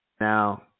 Now